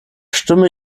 stimme